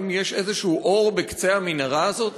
האם יש איזה אור בקצה המנהרה הזאת?